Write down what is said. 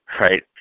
right